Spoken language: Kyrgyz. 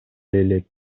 элек